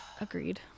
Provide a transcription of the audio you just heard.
Agreed